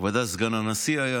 היה בוודאי סגן נשיא.